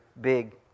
big